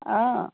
অঁ